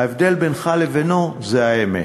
ההבדל בינך לבינו זה האמת.